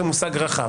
זה מושג רחב.